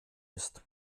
ist